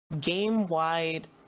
game-wide